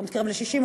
יותר מתקרב ל-60,